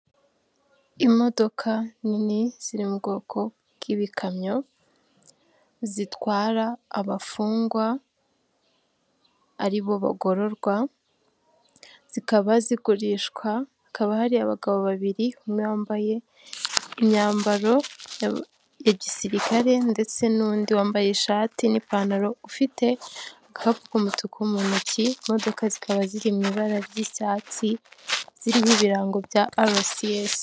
Imodoka nini ziri mu bwoko bw'ibikamyo zitwara abafungwa aribo bagororwa zikaba zigurishwa hakaba hari abagabo babiri umwe bambaye imyambaro ya gisirikare ndetse n'undi wambaye ishati n'ipantaro ufite agakapu ku mutuku mu ntoki, imodoka zikaba ziri mu ibara ry'icyatsi ziriho ibirango bya arasi esi.